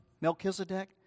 Melchizedek